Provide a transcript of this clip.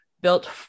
built